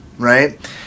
Right